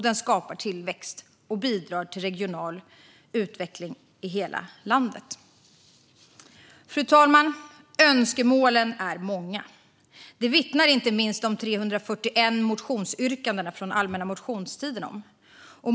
Den skapar tillväxt och bidrar till regional utveckling i hela landet. Fru talman! Önskemålen är många. Det vittnar inte minst de 341 motionsyrkandena från allmänna motionstiden om.